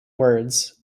words